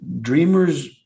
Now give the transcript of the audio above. dreamers